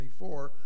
24